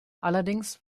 allerdings